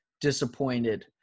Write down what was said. disappointed